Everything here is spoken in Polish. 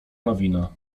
nowina